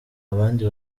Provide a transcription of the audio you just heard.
abandi